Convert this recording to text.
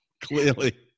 clearly